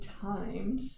timed